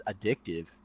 addictive